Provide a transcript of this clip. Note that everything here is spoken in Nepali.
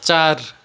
चार